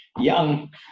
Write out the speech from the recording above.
young